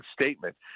statement